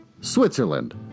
Switzerland